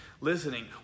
listening